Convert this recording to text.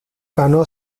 ganó